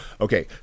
Okay